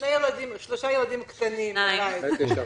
שני ילדים קטנים בבית.